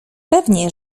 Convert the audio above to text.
pewnie